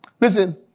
Listen